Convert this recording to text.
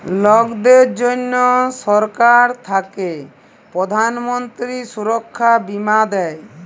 লকদের জনহ সরকার থাক্যে প্রধান মন্ত্রী সুরক্ষা বীমা দেয়